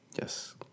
Yes